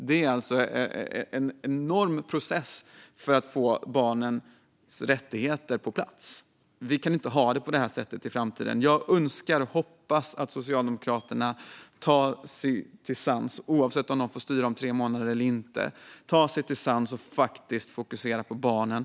Det är alltså en enorm process för att få barnens rättigheter på plats. Vi kan inte ha det på detta sätt i framtiden. Jag hoppas att Socialdemokraterna ska komma till sans, oavsett om de får styra om tre månader eller inte, och faktiskt fokusera på barnen.